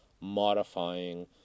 modifying